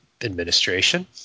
administration